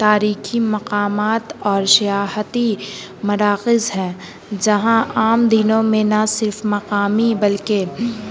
تاریخی مقامات اور سیاحتی مراکز ہیں جہاں عام دنوں میں نہ صرف مقامی بلکہ